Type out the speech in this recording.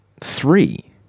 Three